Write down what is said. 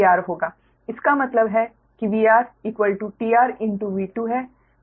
इसका मतलब है V R t RV2 है